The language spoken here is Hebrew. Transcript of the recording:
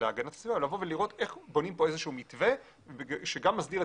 להגנת הסביבה לבוא ולראות איך בונים כאן איזשהו מתווה שמסדיר את